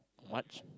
March